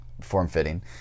form-fitting